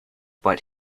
but